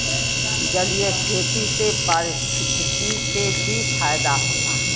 जलीय खेती से पारिस्थितिकी के भी फायदा होला